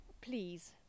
Please